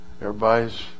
everybody's